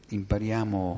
impariamo